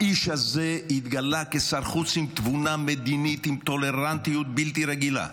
האיש הזה התגלה כשר חוץ עם תבונה מדינית ועם טולרנטיות בלתי רגילה,